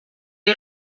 est